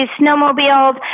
snowmobiles